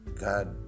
God